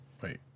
Wait